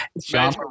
John